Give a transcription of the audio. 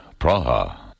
Praha